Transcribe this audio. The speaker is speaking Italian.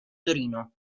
torino